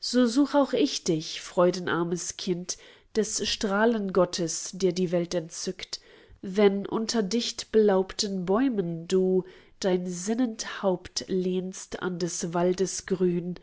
so such auch ich dich freudenarmes kind des strahlengottes der die welt entzückt wenn unter dichtbelaubten bäumen du dein sinnend haupt lehnst an des waldes grün